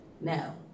no